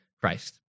Christ